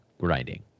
grinding